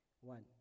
one